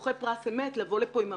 זוכה פרס א.מ.ת לבוא לפה עם אבטחה.